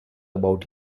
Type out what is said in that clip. about